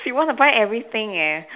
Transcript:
she wanna buy everything eh